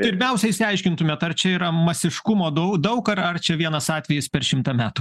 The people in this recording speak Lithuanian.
pirmiausia išsiaiškintumėt ar čia yra masiškumo dau daug ar ar čia vienas atvejis per šimtą metų